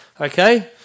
Okay